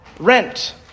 rent